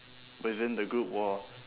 within the group were